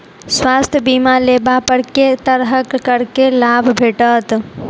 स्वास्थ्य बीमा लेबा पर केँ तरहक करके लाभ भेटत?